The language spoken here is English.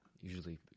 usually